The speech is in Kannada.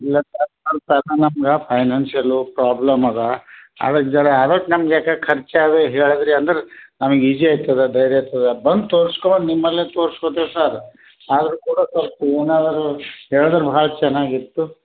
ಇಲ್ಲ ಸರ್ ಸ್ವಲ್ಪ ಅದು ನಮ್ಗೆ ಫೈನಾನ್ಶಿಯಲು ಪ್ರಾಬ್ಲಮ್ ಅದೆ ಅದಕ್ಕೆ ಝರ ಅದಕ್ಕೆ ನಮ್ಮ ಲೆಖ್ಖಕ್ಕೆ ಖರ್ಚು ಅದೆ ಹೇಳಿದ್ರಿ ಅಂದ್ರೆ ನಮಿಗೆ ಈಜಿ ಆಯ್ತದೆ ಧೈರ್ಯ ಇರ್ತದೆ ಬಂದು ತೊರ್ಸ್ಕೊಂಡು ನಿಮ್ಮಲ್ಲೆ ತೋರ್ಸ್ಕೊತ್ತೀವಿ ಸರ್ ಆದರು ಕೂಡ ಸ್ವಲ್ಪ ಏನಾರು ಹೇಳುದ್ರೆ ಭಾಳ ಚೆನ್ನಾಗಿತ್ತು